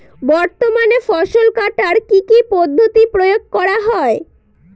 বর্তমানে ফসল কাটার কি কি পদ্ধতি প্রয়োগ করা হয়?